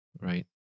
Right